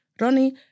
Ronnie